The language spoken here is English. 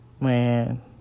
Man